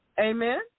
Amen